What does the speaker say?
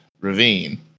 ravine